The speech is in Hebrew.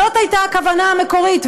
זאת הייתה הכוונה המקורית,